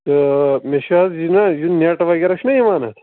تہٕ مےٚ چھُ حظ یہِ نا یہِ نٮ۪ٹ وغیرہ چھُنا یِوان اَتھ